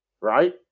Right